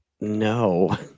No